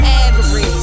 average